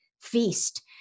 feast